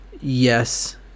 yes